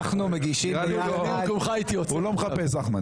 הוא לא מחפש, אחמד.